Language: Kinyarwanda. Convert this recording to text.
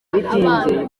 abana